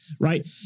right